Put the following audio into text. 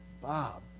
Bob